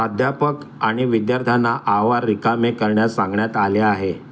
प्राध्यापक आणि विद्यार्थ्यांना आवार रिकामे करण्यास सांगण्यात आले आहे